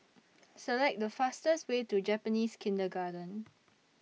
Select The fastest Way to Japanese Kindergarten